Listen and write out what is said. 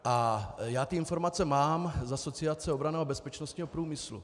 A já ty informace mám z Asociace obranného a bezpečnostního průmyslu.